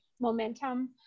momentum